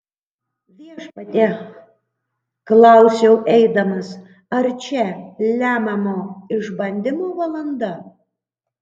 viešpatie klausiau eidamas ar čia lemiamo išbandymo valanda